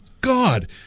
God